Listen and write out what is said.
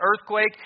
earthquake